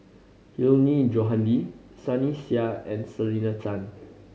Hilmi Johandi Sunny Sia and Selena Tan